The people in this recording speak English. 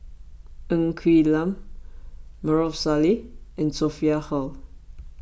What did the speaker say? Ng Quee Lam Maarof Salleh and Sophia Hull